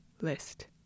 list